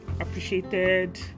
appreciated